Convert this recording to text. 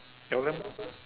tell them